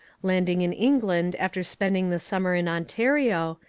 landing in england after spending the summer in ontario,